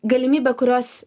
galimybė kurios